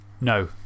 no